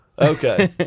Okay